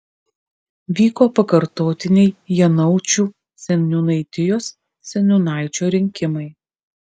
vyko pakartotiniai janaučių seniūnaitijos seniūnaičio rinkimai